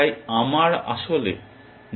তাই আমার আসলে নন টার্মিনাল বলা উচিত